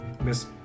Miss